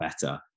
better